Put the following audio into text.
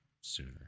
sooner